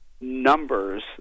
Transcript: numbers